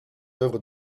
œuvres